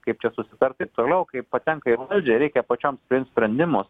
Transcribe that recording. kaip čia susitart taip toliau kai patenka į valdžią reikia pačioms priimt sprendimus